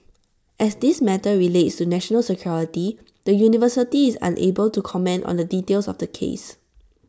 as this matter relates to national security the university is unable to comment on the details of the case